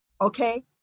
Okay